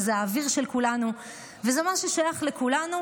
זה האוויר של כולנו וזה משהו ששייך לכולנו,